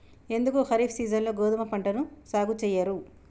ఎందుకు ఖరీఫ్ సీజన్లో గోధుమ పంటను సాగు చెయ్యరు?